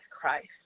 Christ